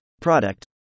Product